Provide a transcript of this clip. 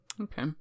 Okay